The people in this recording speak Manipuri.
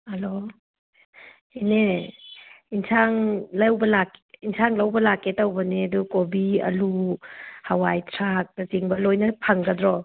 ꯍꯜꯂꯣ ꯏꯅꯦ ꯌꯦꯟꯁꯥꯡ ꯂꯧꯕ ꯌꯦꯟꯁꯥꯡ ꯂꯧꯕ ꯂꯥꯛꯀꯦ ꯇꯧꯕꯅꯦ ꯑꯗꯨ ꯀꯣꯕꯤ ꯑꯂꯨ ꯍꯥꯋꯥꯏꯊ꯭ꯔꯥꯛꯅ ꯆꯤꯡꯕ ꯂꯣꯏꯅ ꯐꯪꯒꯗ꯭ꯔꯣ